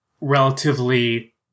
relatively